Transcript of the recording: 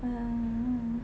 (uh huh)